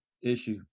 issue